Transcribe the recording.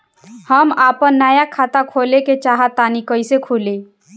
हम आपन नया खाता खोले के चाह तानि कइसे खुलि?